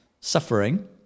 suffering